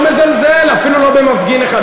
אני לא מזלזל, אפילו לא במפגין אחד.